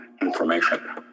information